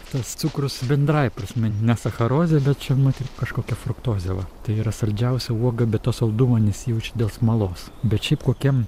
tas cukrus bendrąja prasme nes sacharozė bet čia matyt kažkokia fruktozė va tai yra saldžiausia uoga bet to saldumo nesijaučia dėl smalos bet šiaip kokiem